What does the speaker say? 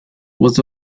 was